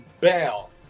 bell